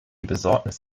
besorgnis